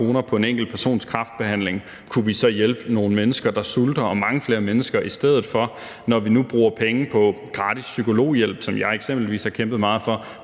på en enkelt persons kræftbehandling, kunne vi så hjælpe nogle mennesker, der sulter, og mange flere menneske i stedet for? Og når vi nu bruger penge på gratis psykologhjælp, som jeg eksempelvis har kæmpet meget for,